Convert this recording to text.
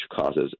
causes